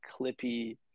clippy